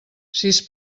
sis